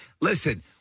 listen